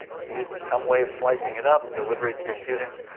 use some way of slicing it up, deliver it to your students.